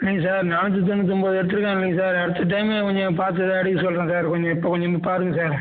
இல்லைங்க சார் நானூற்றி தொண்ணூத்தொன்பது எடுத்துருக்காங்களே சார் அடுத்த டைம்மு கொஞ்ச பார்த்து எடுக்க சொல்கிறேன் சார் கொஞ்சோ இப்போ கொஞ்சோ பாருங்க சார்